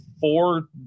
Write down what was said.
four